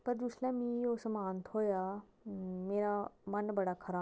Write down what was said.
पर जिसले मिगी ओह् समान थ्होया मेरा मन बड़ा खराब होआ उसी दिक्खियै